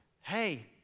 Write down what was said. hey